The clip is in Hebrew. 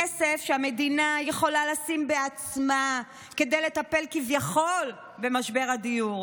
כסף שהמדינה יכולה לשים בעצמה כדי לטפל כביכול במשבר הדיור.